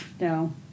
No